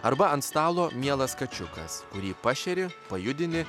arba ant stalo mielas kačiukas kurį pašeri pajudini